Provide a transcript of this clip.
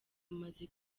amaze